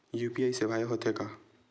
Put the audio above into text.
UPI सेवाएं हो थे का?